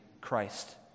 Christ